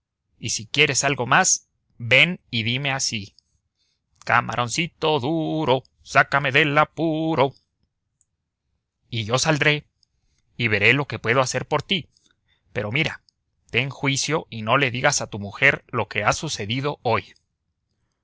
y si quieres algo más ven y dime así p camaroncito duro sácame del apuro p y yo saldré y veré lo que puedo hacer por ti pero mira ten juicio y no le digas a tu mujer lo que ha sucedido hoy